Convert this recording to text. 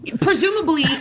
presumably